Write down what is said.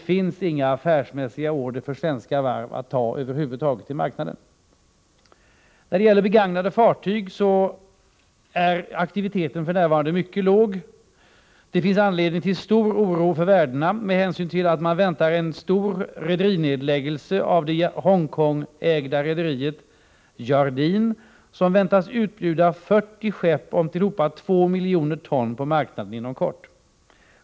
Det finns inga affärsmässigt sunda order för Svenska Varv att ta över huvud taget på marknaden. När det gäller begagnade fartyg är aktiviteten för närvarande mycket låg. Det finns anledning till stor oro för värdena med hänsyn till att man väntar en stor rederinedläggelse av det Hongkongägda rederiet Jardine, som inom kort väntas utbjuda 40 skepp om tillhopa 2 miljoner ton på marknaden.